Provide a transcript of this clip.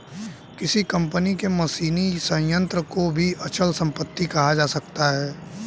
किसी कंपनी के मशीनी संयंत्र को भी अचल संपत्ति कहा जा सकता है